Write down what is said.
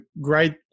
great